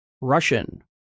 Russian